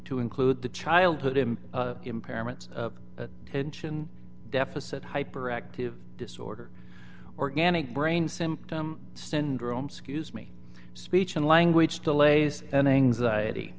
to include the child put him impairments tension deficit hyperactivity disorder organic brain symptom syndrome scuse me speech and language delays and anxiety